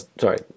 Sorry